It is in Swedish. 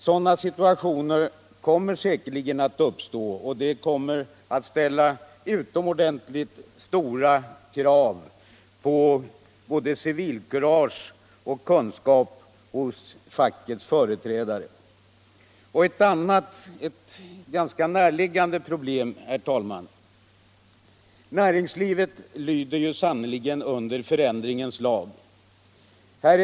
Sådana situationer kommer säkerligen att uppstå och ställa utomordentligt stora krav på både civilkurage och kunskaper hos fackets företrädare. Ett annat alltid aktuellt problem, herr talman, sammanhänger med att näringslivet också är underkastat förändringens lag.